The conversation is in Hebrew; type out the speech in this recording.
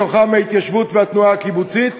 בתוכם ההתיישבות והתנועה הקיבוצית,